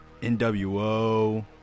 NWO